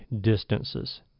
distances